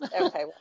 Okay